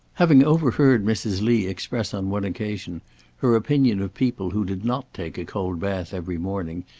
having overheard mrs. lee express on one occasion her opinion of people who did not take a cold bath every morning,